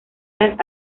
las